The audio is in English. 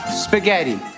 spaghetti